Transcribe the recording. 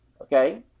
okay